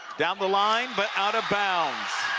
down the line but out of bounds.